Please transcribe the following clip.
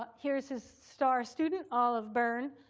ah here's his star student, olive byrne,